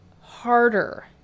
harder